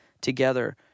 together